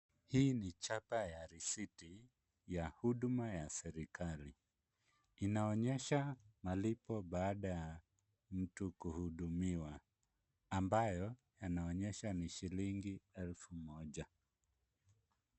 Hii ni chapa ya risiti ya huduma ya serikali. Inaonyesha malipo baada ya mtu kuhudumiwa ambayo yanaonyesha ni shilingi elfu moja.